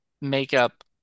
makeup